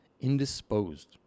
indisposed